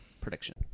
prediction